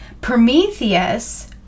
Prometheus